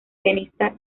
pianista